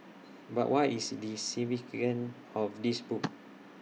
but what is the significance of this book